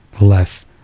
less